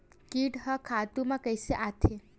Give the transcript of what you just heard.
कीट ह खातु म कइसे आथे?